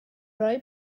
rhoi